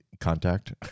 contact